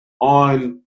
on